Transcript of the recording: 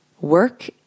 work